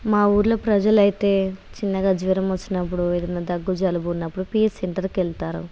మా ఊరిలో ప్రజలు అయితే చిన్నగా జ్వరం వచ్చినప్పుడు ఏదన్నా దగ్గు జలుబు ఉన్నప్పుడు పిహెచ్ సెంటర్కు వెళ్తారు